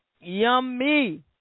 Yummy